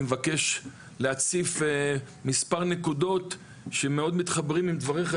מבקש להציף מספר נקודות שמאוד מתחברים אל דבריך,